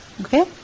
Okay